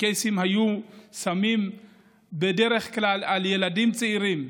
הקייסים היו שמים בדרך כלל על ילדים צעירים,